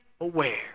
aware